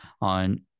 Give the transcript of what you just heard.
on